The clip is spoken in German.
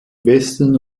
westen